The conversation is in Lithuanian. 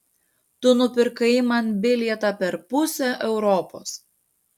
tu nupirkai man bilietą per pusę europos